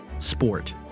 Sport